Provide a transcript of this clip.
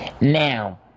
Now